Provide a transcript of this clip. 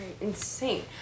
insane